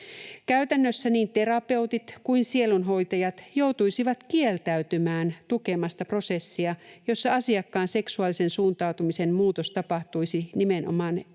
Käytännössä niin terapeutit kuin sielunhoitajat joutuisivat kieltäytymään tukemasta prosessia, jossa asiakkaan seksuaalisen suuntautumisen muutos tapahtuisi nimenomaan